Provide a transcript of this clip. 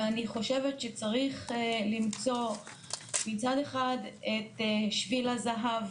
ואני חושבת שצריך למצוא מצד אחד את שביל הזהב,